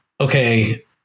okay